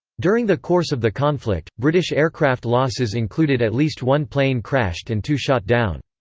during the course of the conflict, british aircraft losses included at least one plane crashed and two shot down.